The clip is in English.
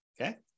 Okay